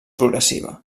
progressiva